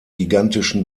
gigantischen